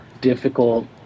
difficult